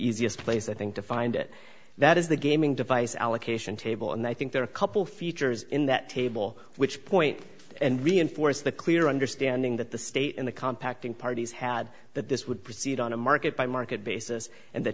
easiest place i think to find it that is the gay device allocation table and i think there are a couple features in that table which point and reinforce the clear understanding that the state in the compact in parties had that this would proceed on a market by market basis and the